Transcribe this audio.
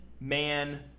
man